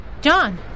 John